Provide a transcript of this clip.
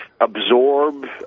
absorb